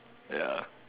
ya